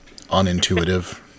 unintuitive